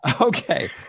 Okay